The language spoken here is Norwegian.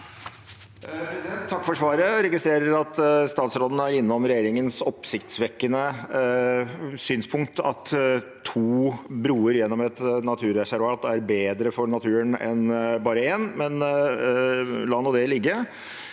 Takk for svar- et. Jeg registrerer at statsråden er innom regjeringens oppsiktsvekkende synspunkt om at to broer gjennom et naturreservat er bedre for naturen enn bare én, men la nå det ligge.